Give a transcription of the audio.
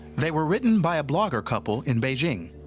they were written by a blogger couple in beijing.